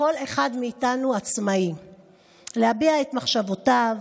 כל אחד מאיתנו עצמאי להביע את מחשבותיו.